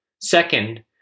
Second